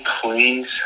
please